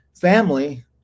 family